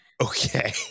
okay